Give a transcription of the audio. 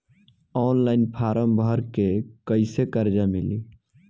Online form भर के कैसे कर्जा मिली?